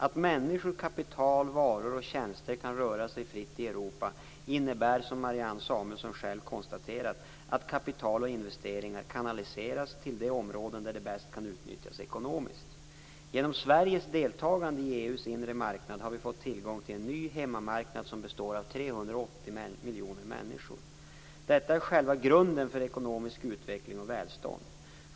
Att människor, kapital, varor och tjänster kan röra sig fritt i Europa innebär, som Marianne Samuelsson själv konstaterar, att kapital och investeringar kanaliseras till de områden där de bäst kan utnyttjas ekonomiskt. Genom Sveriges deltagande i EU:s inre marknad har vi fått tillgång till en ny hemmamarknad som består av 380 miljoner människor. Detta är själva grunden för ekonomisk utveckling och välstånd.